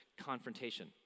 confrontation